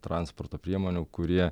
transporto priemonių kurie